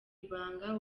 ibanga